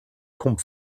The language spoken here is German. pump